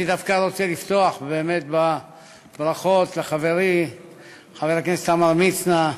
אני דווקא רוצה לפתוח באמת בברכות לחברי חבר הכנסת עמרם מצנע,